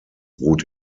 ruht